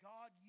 God